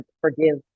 forgive